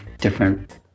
different